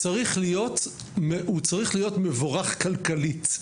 הוא צריך להיות מבורך כלכלית.